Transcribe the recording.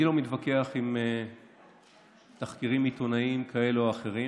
אני לא מתווכח עם תחקירים עיתונאיים כאלו או אחרים.